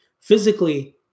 Physically